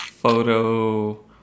photo